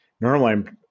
Normally